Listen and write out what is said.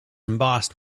embossed